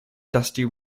dusty